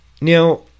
Now